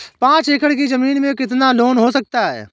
पाँच एकड़ की ज़मीन में कितना लोन हो सकता है?